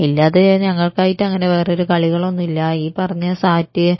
ഇല്ലാതെ ഞങ്ങൾക്കായിട്ട് അങ്ങനെ വേറൊരു കളികളോ ഒന്നും ഇല്ല ഈ പറഞ്ഞ സാറ്റ്